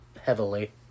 heavily